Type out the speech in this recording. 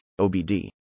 OBD